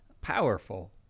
powerful